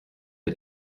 the